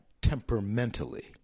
temperamentally